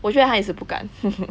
我觉得她也是不敢